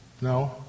No